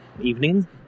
evening